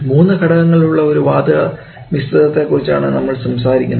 മൂന്ന് ഘടകങ്ങൾ ഉള്ള ഒരു വാതക മിശ്രിതത്തെ കുറിച്ചാണ് നമ്മൾ സംസാരിക്കുന്നത്